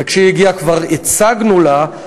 וכשהיא הגיעה כבר הצגנו לה,